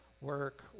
work